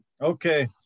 Okay